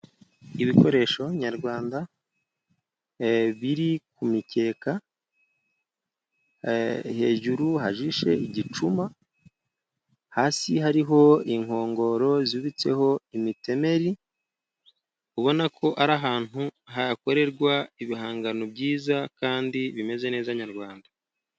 Ibikoresho nyarwanda biri ku mikeka hejuru hajishe igicuma, hasi hariho inkongoro zubitseho imitemeri, ubona ko ari ahantu hakorerwa ibihangano byiza kandi bimeze neza nyarwanda.